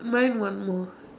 mine one more